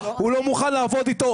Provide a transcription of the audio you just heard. הוא לא מוכן לעבוד איתו.